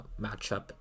matchup